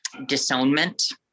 disownment